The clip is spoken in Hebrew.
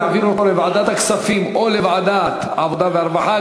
נעביר אותו לוועדת הכספים או לוועדת העבודה והרווחה,